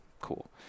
cool